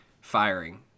firing